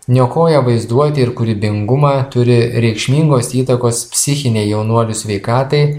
niokoja vaizduotę ir kūrybingumą turi reikšmingos įtakos psichinei jaunuolių sveikatai